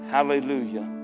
Hallelujah